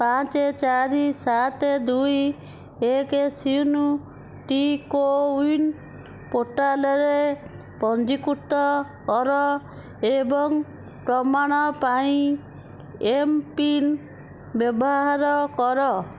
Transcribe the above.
ପାଞ୍ଚ ଚାରି ସାତ ଦୁଇ ଏକ ଶୂନଟି କୋୱନ୍ ପୋର୍ଟାଲ୍ରେ ପଞ୍ଜୀକୃତ କର ଏବଂ ପ୍ରମାଣ ପାଇଁ ଏମ୍ପିନ୍ ବ୍ୟବହାର କର